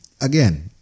again